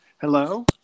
Hello